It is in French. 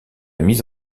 mise